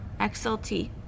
XLT